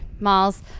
Malls